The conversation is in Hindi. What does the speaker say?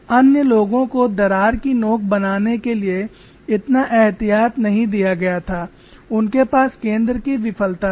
अन्य लोगों को दरार की नोक बनाने के लिए इतना एहतियात नहीं दिया गया था उनके पास केंद्र की विफलता थी